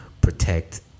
protect